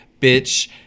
bitch